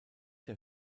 der